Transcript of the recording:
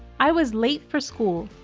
i was late for school.